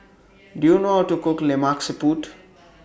Do YOU know How to Cook Lemak Siput